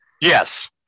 Yes